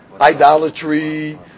idolatry